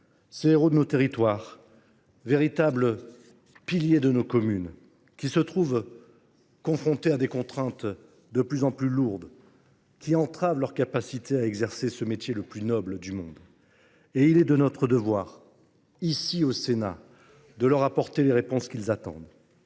ces héros de nos territoires, véritables piliers de nos communes, qui se trouvent confrontés à des contraintes de plus en plus lourdes qui entravent leur capacité à exercer le métier le plus noble du monde. Il est de notre devoir, au Sénat, de leur apporter les réponses qu’ils attendent.